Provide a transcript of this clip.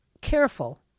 careful